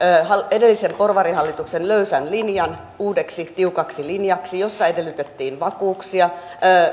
edellisen porvarihallituksen löysän linjan uudeksi tiukaksi linjaksi jossa edellytettiin vakuuksia ja